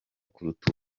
kuruta